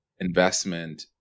investment